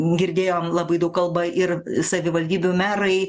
girdėjom labai daug kalba ir savivaldybių merai